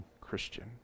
Christian